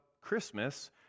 Christmas